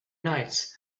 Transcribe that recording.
knights